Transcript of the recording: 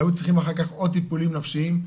היו צריכים אח"כ עוד טיפולים נפשיים.